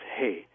hey